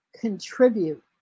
contribute